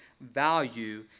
value